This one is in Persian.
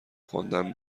خوندن